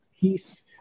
peace